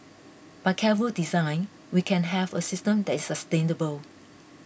by careful design we can have a system that is sustainable